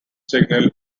signal